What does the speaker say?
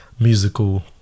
musical